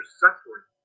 suffering